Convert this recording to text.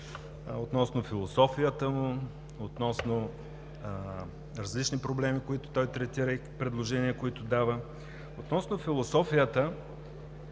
относно философията му, различни проблеми, които той третира, и предложения, които дава. Относно философията,